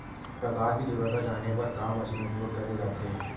प्रकाश कि तीव्रता जाने बर का मशीन उपयोग करे जाथे?